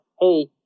Hey